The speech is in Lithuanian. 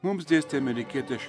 mums dėstė amerikietė